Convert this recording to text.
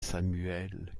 samuel